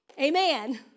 amen